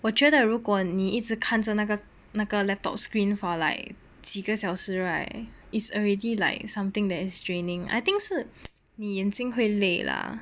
我觉得如果你一直看着那个那个 laptop screen for like 几个小时 right is already like something that is draining I think 是你眼睛会累了